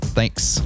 Thanks